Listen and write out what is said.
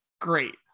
great